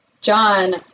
John